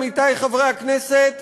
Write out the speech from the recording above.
עמיתי חברי הכנסת,